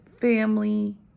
family